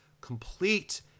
complete